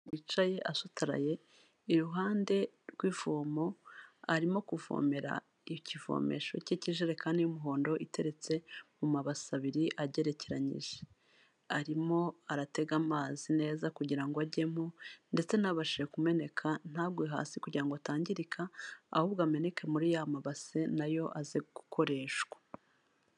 Yicaye asutaraye, iruhande rw'ivomo arimo kuvomera ikivomesho k'ikijerekani y'umuhondo iteretse mu mabase abiri agerekeranyije, arimo aratega amazi neza kugira ajyemo, ndetse n'abashije kumeneka ntagwe hasi kugira ngo atangirika, ahubwo ameneke muri ya mabase nayo aze gukoreshwa.